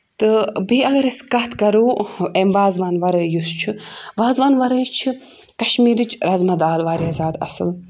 تہٕ بیٚیہِ اگر أسۍ کَتھ کَرو اَمہِ وازوان وَرٲے یُس چھُ وازوان وَرٲے چھُ کشمیٖرٕچ رزما دال واریاہ زیادٕ اَصٕل